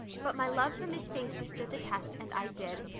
but my love for miss stacy stood the test and i did.